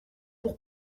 pour